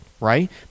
right